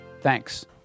Thanks